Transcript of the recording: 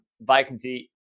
vacancy